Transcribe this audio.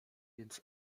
więc